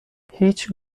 هیچ